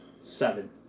Seven